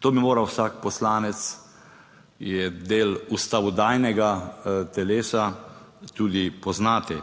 To bi moral vsak poslanec, ki je del ustavodajnega telesa, tudi poznati.